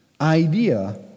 idea